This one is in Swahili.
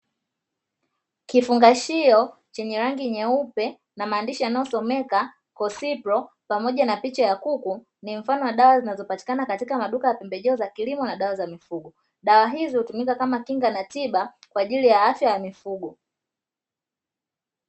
Kifungashio chenye rangi nyeupe na maandishi yanayosomeka "cocciprol", pamoja na picha ya kuku ni mfano wa dawa zinazopatikana katika maduka ya pembejeo za kilimo na dawa za mifugo. Dawa hizo hutumika kama kinga na tiba kwa ajili ya afya ya mifugo.